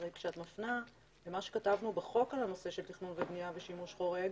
כשאת מפנה למה שכתבנו בחוק על הנושא של תכנון ובנייה ושימוש חורג,